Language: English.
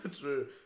true